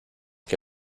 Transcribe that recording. que